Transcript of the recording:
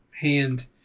hand